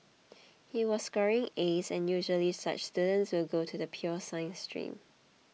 he was scoring As and usually such students will go to the pure science stream